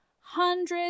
hundreds